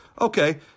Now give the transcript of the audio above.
Okay